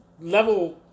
level